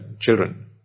children